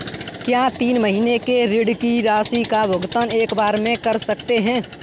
क्या तीन महीने के ऋण की राशि का भुगतान एक बार में कर सकते हैं?